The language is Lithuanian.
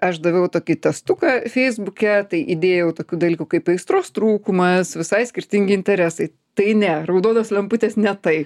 aš daviau tokį testuką feisbuke tai įdėjau tokių dalykų kaip aistros trūkumas visai skirtingi interesai tai ne raudonos lemputės ne tai